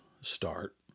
start